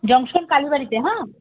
junction কালীবাড়িতে হ্যাঁ